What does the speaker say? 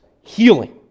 Healing